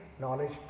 knowledge